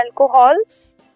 alcohols